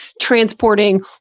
transporting